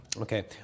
Okay